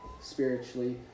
spiritually